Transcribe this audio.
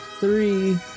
three